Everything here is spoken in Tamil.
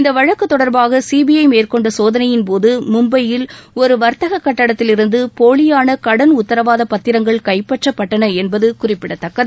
இந்த வழக்கு தொடர்பாக சி பி ஐ மேற்கொண்ட சோதனையின்போது மும்பையில் ஒரு வர்த்தக கட்டடத்திலிருந்து போலியான கடன் உத்தரவாத பத்திரங்கள் கைப்பற்றப்பட்டன என்பது குறிப்பிடத்தக்கது